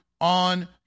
on